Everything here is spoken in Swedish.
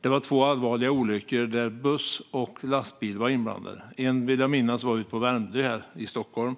Det var också två allvarliga olyckor där buss och lastbil var inblandade. En, vill jag minnas, var ute på Värmdö här i Stockholm,